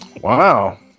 Wow